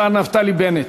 השר נפתלי בנט.